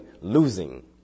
losing